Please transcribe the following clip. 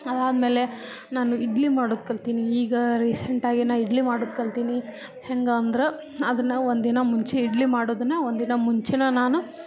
ಅದಾದ್ಮೇಲೆ ನಾನು ಇಡ್ಲಿ ಮಾಡೋದು ಕಲಿತೀನಿ ಈಗ ರೀಸೆಂಟಾಗಿ ನಾನು ಇಡ್ಲಿ ಮಾಡೋದು ಕಲಿತೀನಿ ಹೆಂಗೆ ಅಂದ್ರೆ ಅದನ್ನು ಒಂದಿನ ಮುಂಚೆ ಇಡ್ಲಿ ಮಾಡೋದನ್ನು ಒಂದಿನ ಮುಂಚೆನೇ ನಾನು